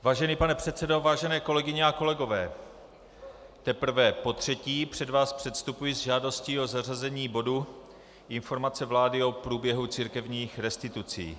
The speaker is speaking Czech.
Vážený pane předsedo, vážené kolegyně a kolegové, teprve potřetí před vás předstupuji s žádostí o zařazení bodu informace vlády o průběhu církevních restitucí.